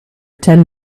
ten